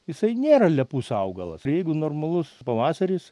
jisai nėra lepus augalas ir jeigu normalus pavasaris